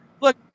Look